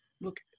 look